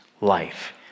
life